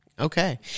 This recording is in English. Okay